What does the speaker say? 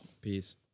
Peace